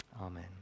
Amen